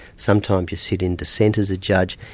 sometimes you sit in dissent as a judge,